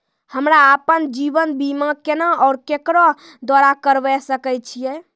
हमरा आपन जीवन बीमा केना और केकरो द्वारा करबै सकै छिये?